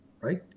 right